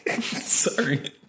Sorry